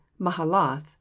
Mahalath